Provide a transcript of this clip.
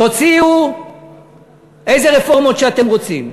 תוציאו איזה רפורמות שאתם רוצים,